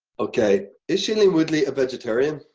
okay, is shailene woodley a vegetarian?